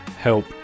help